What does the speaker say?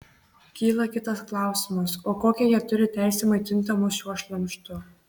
kyla kitas klausimas o kokią jie turi teisę maitinti mus šiuo šlamštu